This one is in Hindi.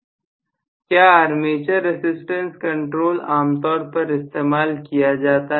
विद्यार्थी क्या आर्मेचर रसिस्टेंस कंट्रोल आमतौर पर इस्तेमाल किया जाता है